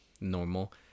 normal